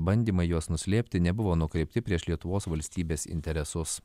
bandymai juos nuslėpti nebuvo nukreipti prieš lietuvos valstybės interesus